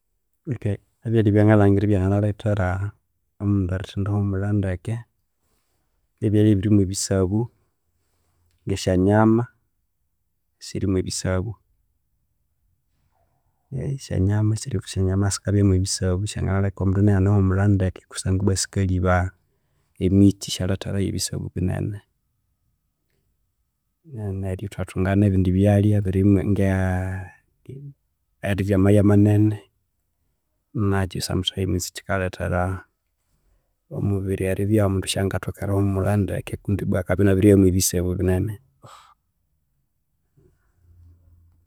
Ebyalhya ebyangalhangira ebyanganalhethera omundu erithendihumulha ndeke bye byalhya ebirimu ebisabu ngesyanyama sirimu ebisabu esyanyama sikabya mwe bisabu syanganalheka omundu eniaghana erihumilha ndeke kusangwa ibwa sikalhiba emikyi eshalhetherayo ebisabu binene neryu ethwathunga nebindi byalhya ebirimu ngeee erirya amaya nakyu sometimes kikalhethera omubiri eribya omundu esya ngathoka erihumulha ndeke kundi ibwa akabya enabiribya mwe bisabu binene.